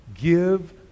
Give